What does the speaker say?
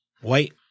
white